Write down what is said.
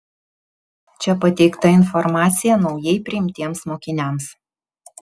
čia pateikta informacija naujai priimtiems mokiniams